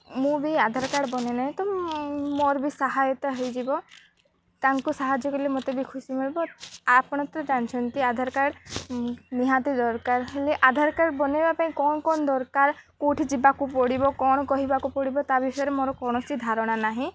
ମୁଁ ବି ଆଧାର କାର୍ଡ଼୍ ବନେଇ ନାହିଁ ତ ମୋର ବି ସାହାୟତା ହୋଇଯିବ ତାଙ୍କୁ ସାହାଯ୍ୟ କଲେ ମୋତେ ବି ଖୁସି ମିଳିବ ଆପଣ ତ ଜାଣିଛନ୍ତି ଆଧାର କାର୍ଡ଼୍ ନିହାତି ଦରକାର ହେଲେ ଆଧାର କାର୍ଡ଼୍ ବନେଇବା ପାଇଁ କ'ଣ କ'ଣ ଦରକାର କେଉଁଠି ଯିବାକୁ ପଡ଼ିବ କ'ଣ କହିବାକୁ ପଡ଼ିବ ତା ବିଷୟରେ ମୋର କୌଣସି ଧାରଣା ନାହିଁ